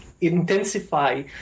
intensify